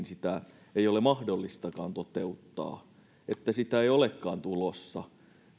sitä ei ole mahdollistakaan toteuttaa että sitä ei olekaan tulossa